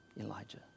Elijah